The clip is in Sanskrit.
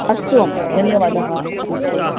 अस्तु अम्ब धन्यवादः नमस्ते